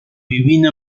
vivint